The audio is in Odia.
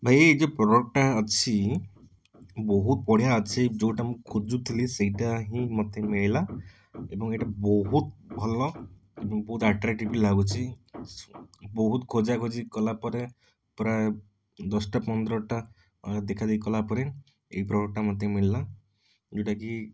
ଭାଇ ଏଇଯେଉଁ ପ୍ରଡ଼କ୍ଟଟା ଅଛି ବହୁତ ବଢ଼ିଆ ଅଛି ଯୋଉଟା ମୁଁ ଖୋଜୁଥିଲି ସେଇଟା ହିଁ ମୋତେ ମିଳିଲା ଏବଂ ଏଇଟା ବହୁତ ଭଲ ଏବଂ ବହୁତ ଆଟ୍ରାକ୍ଟିଭ୍ ଲାଗୁଛି ବହୁତ ଖୋଜାଖୋଜି କଲାପରେ ପୁରା ଦଶଟା ପନ୍ଦରଟା ଦେଖାଦେଖି କଲାପରେ ଏଇ ପ୍ରଡ଼କ୍ଟଟା ମୋତେ ମିଳିଲା ଯେଉଁଟା କି